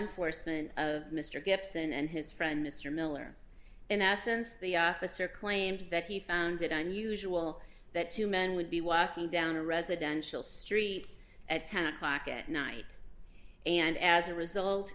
enforcement of mr gibson and his friend mr miller in essence the circling and that he found it on usual that two men would be walking down a residential street at ten o'clock at night and as a result